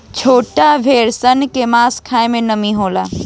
छोट भेड़ सन के मांस खाए में निमन होला